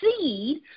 seed